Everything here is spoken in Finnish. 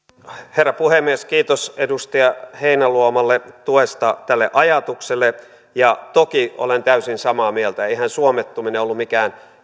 herra puhemies kiitos edustaja heinäluomalle tuesta tälle ajatukselle ja toki olen täysin samaa mieltä eihän suomettuminen ollut mikään